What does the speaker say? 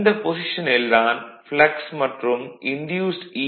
இந்த பொஷிசனில் தான் ப்ளக்ஸ் மற்றும் இன்டியூஸ்ட் ஈ